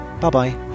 Bye-bye